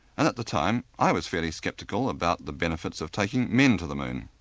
and at the time i was fairly sceptical about the benefits of taking men to the moon.